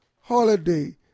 holiday